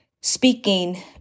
speaking